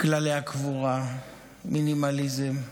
כללי הקבורה, מינימליזם,